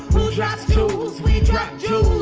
drops jewels we drop jewels